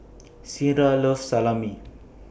Ciera loves Salami